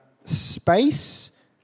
space